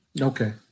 Okay